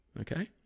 okay